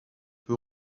peu